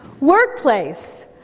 Workplace